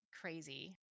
crazy